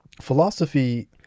Philosophy